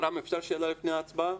רם, אפשר שאלה לפני ההצבעה?